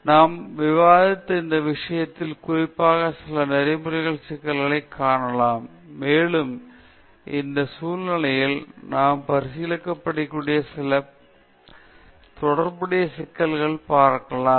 எனவே நாம் விவாதித்த இந்த விஷயத்தில் குறிப்பாக சில நெறிமுறை சிக்கல்களைக் காணலாம் மேலும் இந்த சூழலில் நாம் பரிசீலிக்கக்கூடிய சில தொடர்புடைய சிக்கல்களையும் பார்க்கலாம்